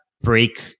break